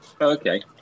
Okay